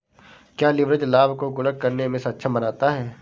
क्या लिवरेज लाभ को गुणक करने में सक्षम बनाता है?